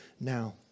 now